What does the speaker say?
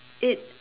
it